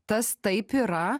tas taip yra